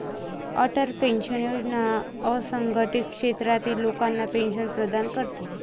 Atal pension योजना असंघटित क्षेत्रातील लोकांना पेन्शन प्रदान करते